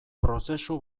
prozesu